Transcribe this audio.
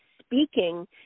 speaking